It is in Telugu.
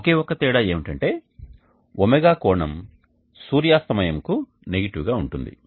ఒకే ఒక్క తేడా ఏమిటంటే ఒమేగా కోణం సూర్యాస్తమయం కు నెగిటివ్ గా ఉంటుంది